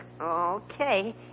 Okay